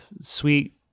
sweet